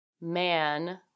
man